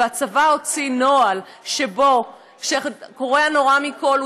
והצבא הוציא נוהל שבו כאשר קורה הנורא מכול,